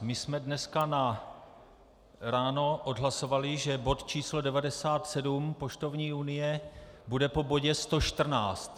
My jsme dnes ráno odhlasovali, že bod číslo 97, poštovní unie, bude po bodě 114.